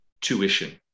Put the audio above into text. tuition